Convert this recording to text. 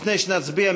לפני שנצביע,